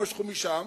משכו משם,